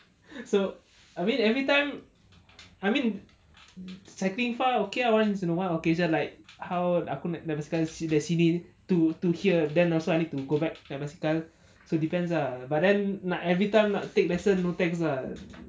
depends lah so I mean every time I mean cycling far okay lah once in a while occasion so like how aku naik naik basikal sini to to here then also I need to go back naik basikal so depends lah but then nak every time nak take lessons no thanks ah